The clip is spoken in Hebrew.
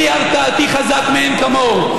כלי הרתעתי חזק מאין כמוהו.